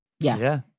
Yes